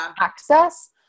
access